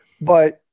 but-